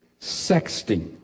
Sexting